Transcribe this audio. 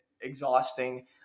exhausting